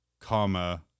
comma